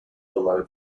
below